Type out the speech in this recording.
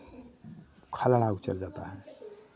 खलड़ा उतर जाता है